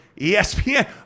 ESPN